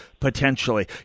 Potentially